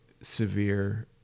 severe